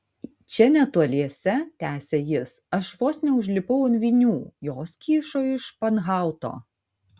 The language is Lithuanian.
čia netoliese tęsė jis aš vos neužlipau ant vinių jos kyšo iš španhauto